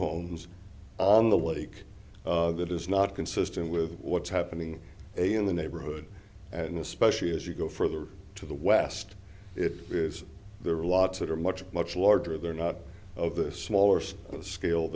homes on the lake that is not consistent with what's happening in the neighborhood and especially as you go further to the west it is there a lot to it or much much larger there not of the smaller scale